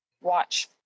watch